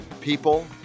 people